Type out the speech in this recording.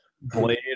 blade